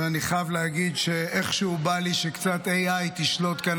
ואני חייב להגיד שאיכשהו בא לי שקצת AI ישלוט כאן